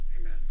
Amen